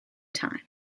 time